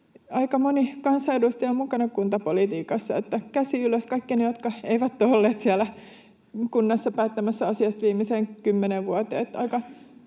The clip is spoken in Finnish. Aika moni kansanedustaja on mukana kuntapolitiikassa, niin että käsi ylös kaikki ne, jotka eivät ole olleet siellä kunnassa päättämässä asiasta viimeiseen kymmeneen vuoteen.